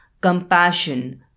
compassion